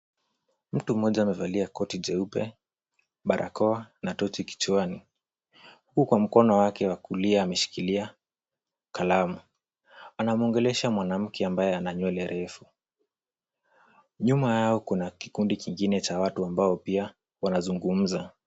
Mtu mmoja amevalia koti jeupe, barakoa na tochi kichwani, huku kwa mkono wake wa kulia ameshikilia kalamu. Anamwongelesha mwanamke ambaye ana nywele refu. Nyuma yao kuna kikundi kingine cha watu ambao pia wanazungumza.